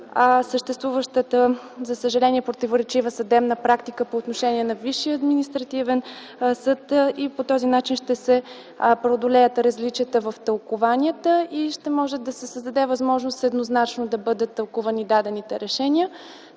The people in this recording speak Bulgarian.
съществуващата, за съжаление, противоречива съдебна практика по отношение на Върховния административен съд и по този начин ще се преодолеят различията в тълкуванията и ще може да се създаде възможност еднозначно да бъдат тълкувани дадените решения.